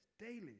daily